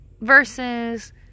Versus